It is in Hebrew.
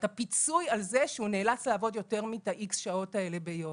את הפיצוי שהוא נאלץ לעבוד יותר מ-X שעות ביום.